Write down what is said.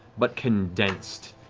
but condensed.